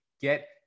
get